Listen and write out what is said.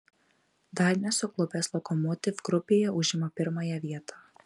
dar nesuklupęs lokomotiv grupėje užima pirmąją vietą